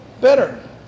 better